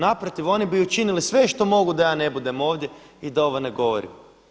Naprotiv, oni bi učinili sve što mogu da ja ne budem ovdje i da ovo ne govorim.